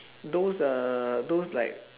those uh those like